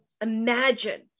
Imagine